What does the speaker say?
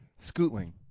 Scootling